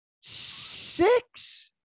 six